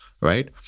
right